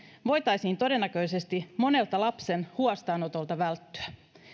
voitaisiin todennäköisesti monelta lapsen huostaanotolta välttyä